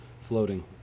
floating